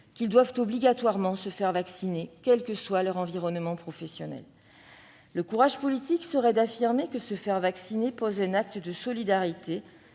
qu'ils doivent obligatoirement se faire vacciner, quel que soit leur environnement professionnel. Le courage politique serait d'affirmer que se faire vacciner pose un acte de solidarité,